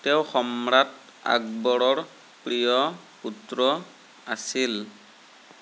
তেওঁ সম্ৰাট আকবৰৰ প্ৰিয় পুত্ৰ আছিল